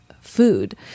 food